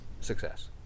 success